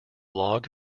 log